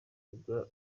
kuvuka